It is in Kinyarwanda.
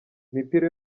imipira